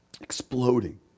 Exploding